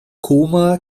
koma